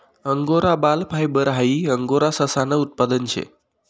angora बाल fibre हाई angora ससानं उत्पादन शे